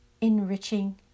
Enriching